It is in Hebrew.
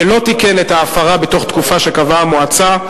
ולא תיקן את ההפרה בתוך תקופה שקבעה המועצה,